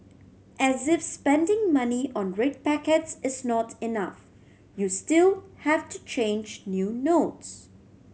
as if spending money on red packets is not enough you still have to change new notes